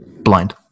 Blind